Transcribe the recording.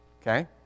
Okay